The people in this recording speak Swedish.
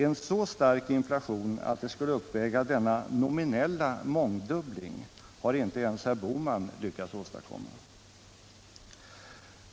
En så stark inflation att den skulle uppväga denna nominella mångdubbling har inte ens herr Bohman lyckats åstadkomma.